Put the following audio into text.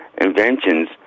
inventions